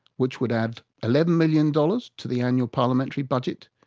which would add eleven million dollars to the annual parliamentary budget.